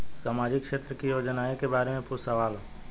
सामाजिक क्षेत्र की योजनाए के बारे में पूछ सवाल?